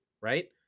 Right